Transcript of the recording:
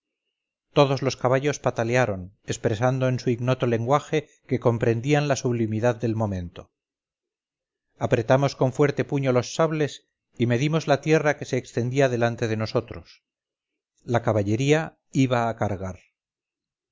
todos los caballos patalearon expresando en su ignoto lenguaje que comprendían la sublimidad del momento apretamos con fuerte puño los sables y medimos la tierra que se extendía delante de nosotros la caballería iba a cargar